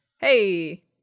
Hey